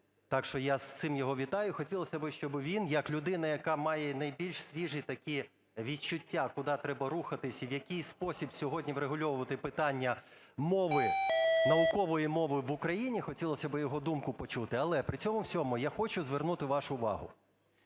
так що я з цим його вітаю. Хотілося б, щоб він як людина, яка має найбільш свіжі такі відчуття, куди треба рухатися і в який спосіб сьогодні врегульовувати питання мови, наукової мови в Україні, хотілося би його думку почути. Але при цьому всьому я хочу звернути вашу увагу,